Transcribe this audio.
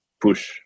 push